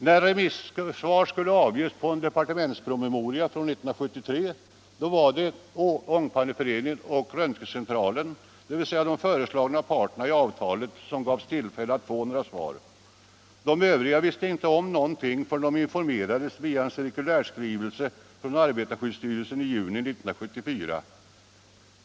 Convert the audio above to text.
När remissvar skulle avges på en departementspromemoria från 1973 var det Ångpanneföreningen och Tekniska Röntgencentralen, dvs. de föreslagna parterna i avtalet, som gavs tillfälle att avge sina svar. De övriga företagen visste inte om någonting förrän de informerades via en cirkulärskrivelse från arbetarskyddsstyrelsen i juni 1974.